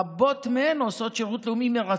רבות מהן עושות שירות לאומי מרצון.